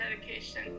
dedication